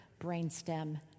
brainstem